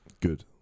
good